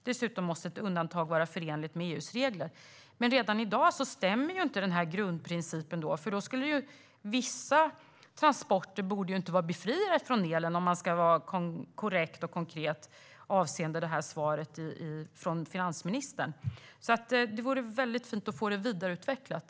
Dessutom måste ett undantag vara förenligt med EU:s regler. Men den här grundprincipen stämmer ju inte i dag. I så fall borde inte vissa transporter vara befriade från elbeskattning, om svaret från finansministern är korrekt och konkret. Det vore väldigt fint att få det vidareutvecklat.